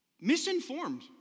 misinformed